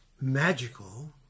magical